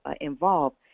involved